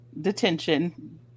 detention